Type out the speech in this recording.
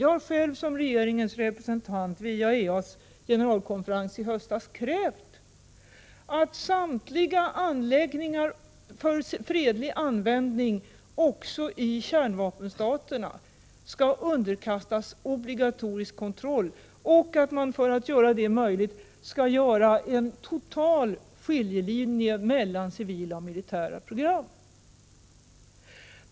Jag har själv som regeringens företrädare vid IAEA:s generalkonferens i höstas krävt att samtliga anläggningar för fredlig användning, också i kärnvapenstaterna, skall underkastas obligatorisk kontroll. För att göra detta möjligt skall man göra en total skiljelinje mellan civila och militära program.